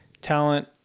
talent